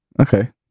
Okay